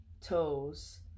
toes